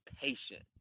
patient